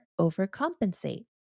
overcompensate